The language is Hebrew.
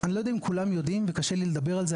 אני לא יודע אם כולם יודעים וקשה לי לדבר על זה,